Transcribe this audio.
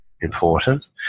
important